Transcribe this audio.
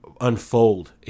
unfold